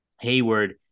hayward